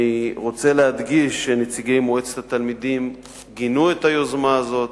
אני רוצה להדגיש שנציגי מועצת התלמידים גינו את היוזמה הזאת.